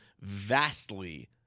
vastly